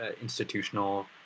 institutional